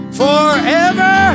forever